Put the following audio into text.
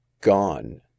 gone